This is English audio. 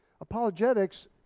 Apologetics